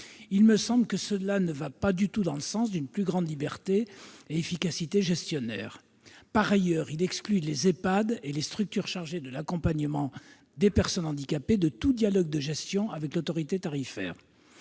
Il me semble que cela ne va pas du tout dans le sens d'une plus grande liberté et efficacité gestionnaires. Par ailleurs, ils visent à exclure les EHPAD et les structures chargées de l'accompagnement des personnes handicapées de tout dialogue de gestion avec l'autorité tarifaire.